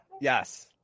Yes